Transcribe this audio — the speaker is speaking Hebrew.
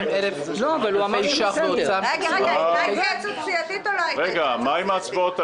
111. הייתה התייעצות סיעתית או לא הייתה התייעצות סיעתית?